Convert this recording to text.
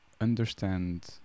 understand